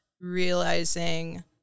realizing